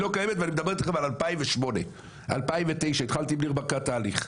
ואני מדבר אתכם על 2008-2009. התחלתי עם ניר ברקת תהליך,